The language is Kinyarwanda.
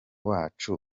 wacu